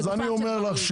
אז אני אומר לך,